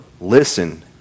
listen